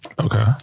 Okay